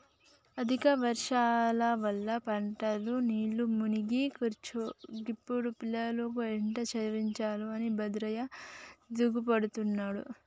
అధిక వర్షాల వల్ల పంటలు నీళ్లల్ల మునిగి కరువొచ్చే గిప్పుడు పిల్లలను ఎట్టా చదివించాలె అని భద్రయ్య దిగులుపడుతుండు